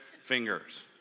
fingers